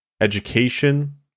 education